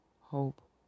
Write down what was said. hope